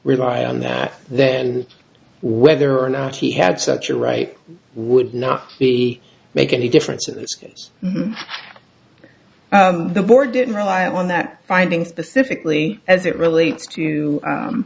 rely on that then whether or not he had such a right would not be make any difference in this case the board didn't rely on that finding specifically as it relates to